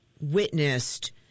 witnessed